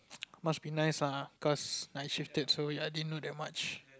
must be nice lah cause I shifted then I didn't know that much